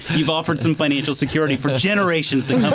you've offered some financial security for generations to come.